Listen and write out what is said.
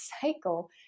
cycle